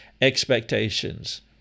expectations